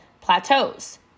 plateaus